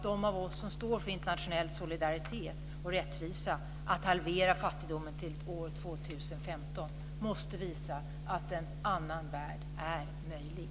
De av oss som står för internationell solidaritet och rättvisa och strävar mot att halvera fattigdomen till år 2015 måste visa att en annan värld är möjlig.